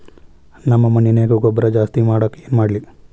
ನಮ್ಮ ಮಣ್ಣಿನ್ಯಾಗ ಗೊಬ್ರಾ ಜಾಸ್ತಿ ಮಾಡಾಕ ಏನ್ ಮಾಡ್ಲಿ?